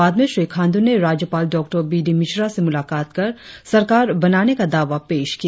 बाद में श्री खांडू ने राज्यपाल डॉ बी डी मिश्रा से मुलाकात कर सरकार बनाने का दावा पेश किया